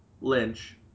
lynch